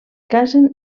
casen